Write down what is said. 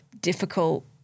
difficult